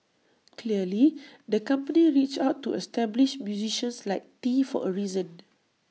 clearly the company reached out to established musicians like tee for A reason